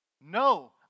No